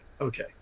Okay